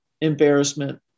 embarrassment